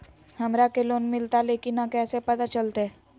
हमरा के लोन मिलता ले की न कैसे पता चलते?